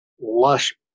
lush